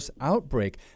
outbreak